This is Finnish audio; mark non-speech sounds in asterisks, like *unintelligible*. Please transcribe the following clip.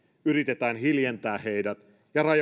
yritetään hiljentää heidät ja *unintelligible*